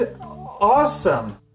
awesome